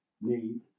need